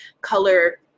color